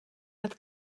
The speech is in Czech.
nad